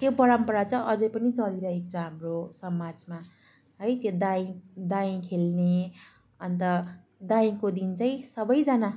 त्यो परम्परा चाहिँ अझै पनि चलिरहेको छ हाम्रो समाजमा है त्यो दाइँ दाइँ खेल्ने अन्त दाइँको दिन चाहिँ सबैजना